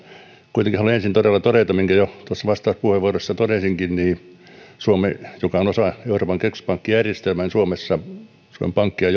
kuitenkin haluan ensin todella todeta minkä jo tuossa vastauspuheenvuorossa totesinkin että suomessa joka on osa euroopan keskuspankkijärjestelmää suomen pankkia